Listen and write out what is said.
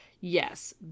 Yes